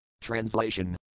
Translation